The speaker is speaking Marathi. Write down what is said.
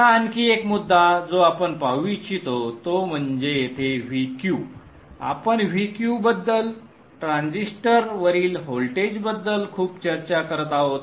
आता आणखी एक मुद्दा जो आपण पाहू इच्छितो तो म्हणजे येथे Vq आपण Vq बद्दल ट्रान्झिस्टर वरील व्होल्टेजबद्दल खूप चर्चा करत आहोत